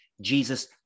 Jesus